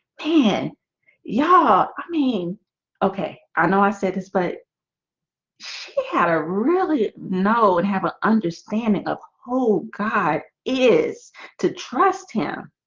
pan yeah, i mean okay. i know i said this but she had a really know and have an understanding of who god is to trust him,